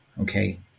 Okay